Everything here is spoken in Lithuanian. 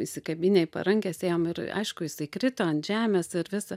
įsikabinę į parankes ėjom ir aišku jisai krito ant žemės ir visa